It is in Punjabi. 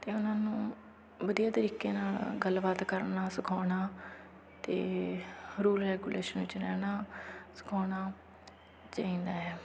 ਅਤੇ ਉਹਨਾਂ ਨੂੰ ਵਧੀਆ ਤਰੀਕੇ ਨਾਲ ਗੱਲਬਾਤ ਕਰਨਾ ਸਿਖਾਉਣਾ ਅਤੇ ਰੂਲ ਰੈਗੂਲੇਸ਼ਨ ਵਿੱਚ ਰਹਿਣਾ ਸਿਖਾਉਣਾ ਚਾਹੀਦਾ ਹੈ